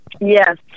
Yes